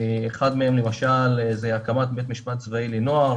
אחד מהם למשל זה הקמת בית משפט צבאי לנוער